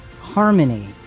harmony